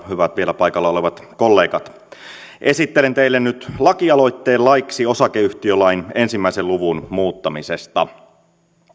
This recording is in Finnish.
hyvät vielä paikalla olevat kollegat esittelen teille nyt lakialoitteen laiksi osakeyhtiölain yhden luvun muuttamisesta